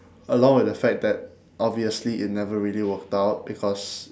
along with the fact that obviously it never really worked out because